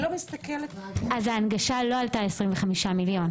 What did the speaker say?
אז ההנגשה לא עלתה 25 מיליון.